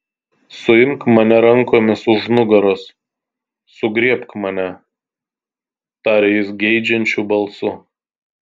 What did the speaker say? suimk mane rankomis už nugaros sugriebk mane tarė jis geidžiančiu balsu